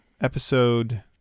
Episode